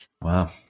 Wow